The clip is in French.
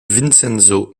vincenzo